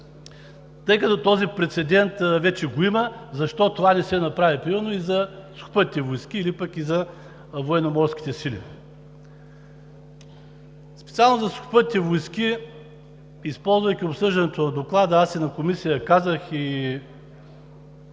Тъй като този прецедент вече го има, защо това не се направи примерно за Сухопътните войски или пък за Военноморските сили?! Специално за Сухопътните войски, използвайки обсъждането на Доклада, и в Комисията казах и